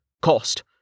cost